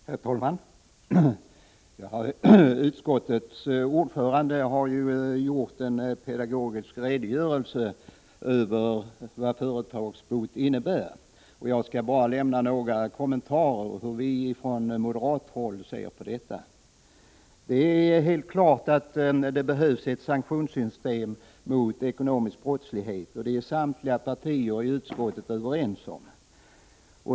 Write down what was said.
Herr talman! Utskottets ordförande har gett en pedagogisk redogörelse för vad företagsbot innebär, och jag skall bara göra några kommentarer till hur vi från moderat håll ser på detta. Det är helt klart att det behövs ett system för sanktioner mot ekonomisk brottslighet, och det är samtliga partier i utskottet överens om.